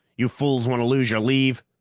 you fools want to lose your leave?